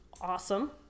awesome